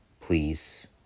please